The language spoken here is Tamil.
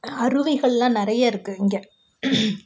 அருவிகள்லாம் நிறைய இருக்குது இங்கே